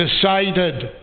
decided